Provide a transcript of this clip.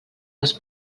les